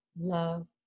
love